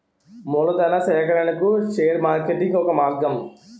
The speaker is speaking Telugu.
మూలధనా సేకరణకు షేర్ మార్కెటింగ్ ఒక మార్గం